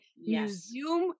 museum